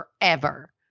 forever